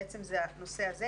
זה הנושא הזה,